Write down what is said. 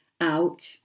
out